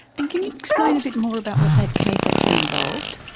and can you explain a bit more about what that case actually involved?